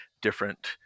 different